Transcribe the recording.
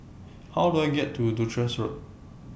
How Do I get to Duchess Road